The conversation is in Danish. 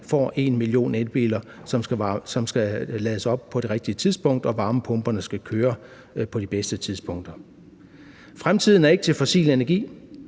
får en million elbiler, som skal lades op på det rigtige tidspunkt, og varmepumperne skal køre på de bedste tidspunkter. Fremtiden er ikke til fossil energi.